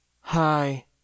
Hi